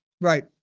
Right